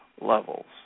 levels